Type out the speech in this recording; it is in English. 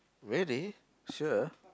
really sure